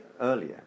earlier